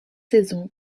saison